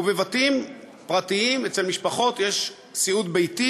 ובבתים פרטיים אצל משפחות יש סיעוד ביתי,